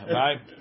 right